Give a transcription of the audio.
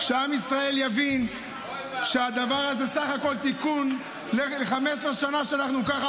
שעם ישראל יבין שהדבר הזה הוא בסך הכול תיקון ל-15 שנה שאנחנו ככה.